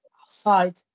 outside